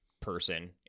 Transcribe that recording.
person